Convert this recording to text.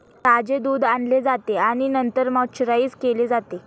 ताजे दूध आणले जाते आणि नंतर पाश्चराइज केले जाते